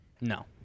no